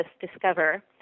Discover